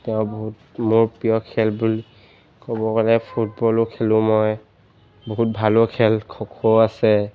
তেওঁ বহুত মোৰ প্ৰিয় খেল বুলি ক'ব গ'লে ফুটবলো খেলোঁ মই বহুত ভালো খেল খো খো আছে